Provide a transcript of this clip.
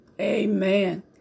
amen